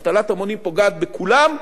אבטלת המונים פוגעת בכולם,